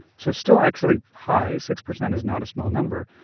so still actually high six percent is not a small number.